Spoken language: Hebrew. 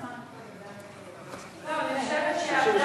אינו נוכח, חבר הכנסת איציק שמולי,